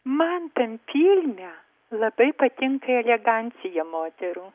man tam kine labai patinka elegancija moterų